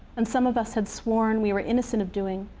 and some of us had sworn we were innocent of doing,